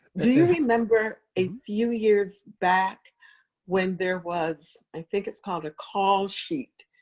do you remember a few years back when there was, i think it's called a call sheet,